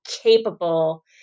capable